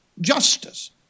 justice